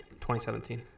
2017